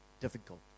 difficult